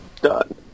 Done